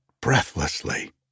breathlessly